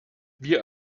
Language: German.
wir